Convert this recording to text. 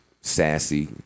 sassy